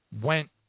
went